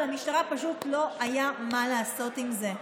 ולמשטרה פשוט לא היה מה לעשות עם זה.